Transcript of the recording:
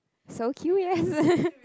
so